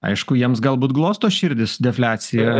aišku jiems galbūt glosto širdis defliacija